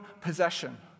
possession